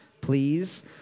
please